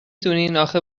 دونین، اخه